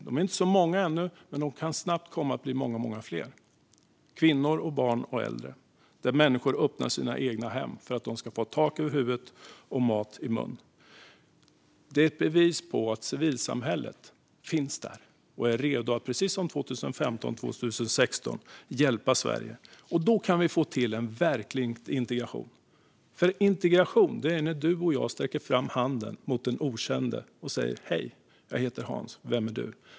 De är inte så många än, men de kan snabbt bli många fler kvinnor, barn och äldre - och människor öppnar sina egna hem för att de ska få tak över huvudet och mat i munnen. Detta är ett bevis på att civilsamhället finns där och är redo att, precis som 2015-2016, hjälpa Sverige. Då kan vi få till en verklig integration. För integration är när du och jag sträcker fram handen mot den okände och säger: Hej, jag heter Hans! Vem är du?